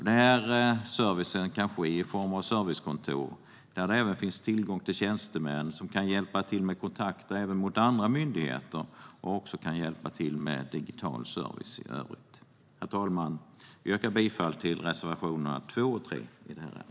Denna service kan ske i form av servicekontor där det även finns tillgång till tjänstemän som kan hjälpa till med kontakter även med andra myndigheter och som också kan hjälpa till med digital service i övrigt. Herr talman! Jag yrkar bifall till reservationerna 2 och 3 i detta betänkande.